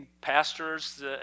pastors